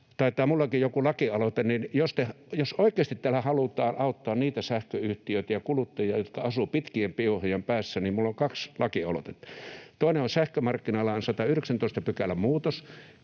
taitaa minullakin olla joku lakialoite. Jos oikeasti täällä halutaan auttaa niitä sähköyhtiöitä ja kuluttajia, jotka asuvat pitkien piuhojen päässä, niin minulla on kaksi lakialoitetta: Toinen on sähkömarkkinalain 119 §:n muutos,